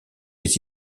des